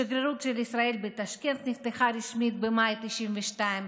השגרירות של ישראל בטשקנט נפתחה רשמית במאי 1992,